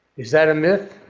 is that a myth?